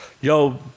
yo